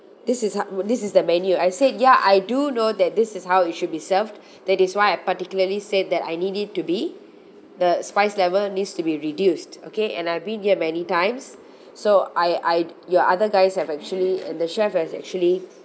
this is how this is the menu I said ya I do know that this is how it should be served that is why I particularly said that I need it to be the spice level needs to be reduced okay and I have been here many times so I I your other guys have actually and the chef has actually